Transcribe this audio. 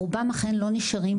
רובם אכן לא נשארים.